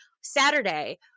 Saturday